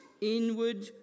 inward